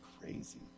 crazy